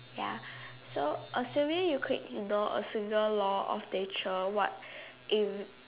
ya so assuming you could ignore a single law of nature what